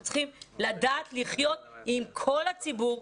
אנחנו צריכים לדעת לחיות עם כל הציבור,